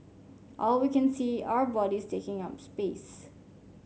all we can see are bodies taking up space